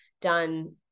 done